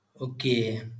okay